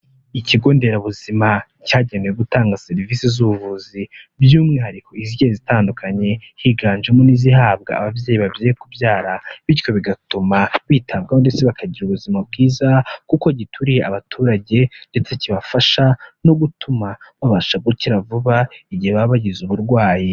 Ikigo nderabuzima cyagenewe gutanga serivisi z'ubuvuzi by'umwihariko izigiye zitandukanye, higanjemo n'izihabwa ababyeyi bagiye kubyara, bityo bigatuma bitabwaho ndetse bakagira ubuzima bwiza kuko gituriye abaturage, ndetse kibafasha no gutuma babasha gukira vuba igihe baba bagize uburwayi.